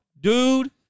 Dude